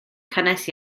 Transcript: cynnes